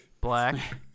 Black